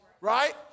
right